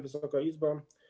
Wysoka Izbo!